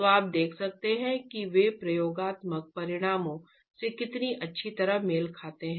तो आप देख सकते हैं कि वे प्रयोगात्मक परिणामों से कितनी अच्छी तरह मेल खाते हैं